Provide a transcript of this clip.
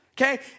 Okay